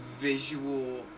visual